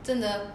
真的